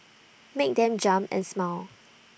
make them jump and smile